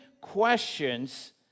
questions